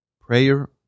Prayer